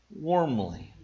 warmly